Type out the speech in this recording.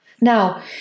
Now